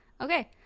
Okay